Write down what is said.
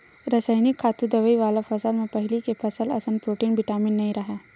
रसइनिक खातू, दवई वाला फसल म पहिली के फसल असन प्रोटीन, बिटामिन नइ राहय